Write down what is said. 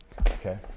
Okay